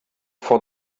for